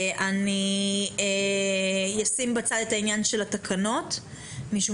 אני אשים בצד את העניין של התקנות משום